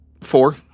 Four